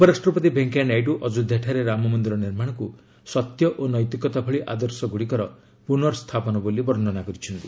ଉପରାଷ୍ଟପତି ଭେଙ୍କିୟାନାଇଡ଼ ଅଯୋଧ୍ୟାଠାରେ ରାମମନ୍ଦିର ନିର୍ମାଣକ୍ ସତ୍ୟ ଓ ନୈତିକତା ଭଳି ଆଦର୍ଶଗୁଡ଼ିକର ପୁନଃସ୍ଥାପନ ବୋଲି ବର୍ଷନା କରିଛନ୍ତି